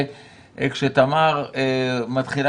ולכן קודם כול נפתור